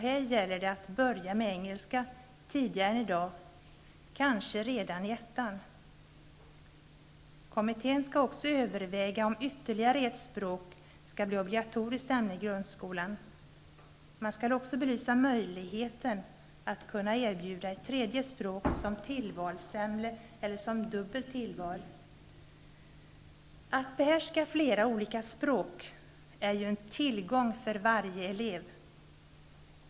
Här gäller det att börja med engelska tidigare än i dag, kanske redan i ettan. Kommittén skall också överväga om ytterligare ett språk skall bli ett obligatoriskt ämne i grundskolan. Man skall även belysa möjligheten att erbjuda ett tredje språk som tillvalsämne eller som dubbelt tillval. Att behärska flera olika språk är ju en tillgång för varje elev.